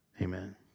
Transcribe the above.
Amen